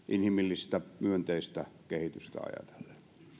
inhimillistä myönteistä kehitystä ajatellen